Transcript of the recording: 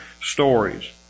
stories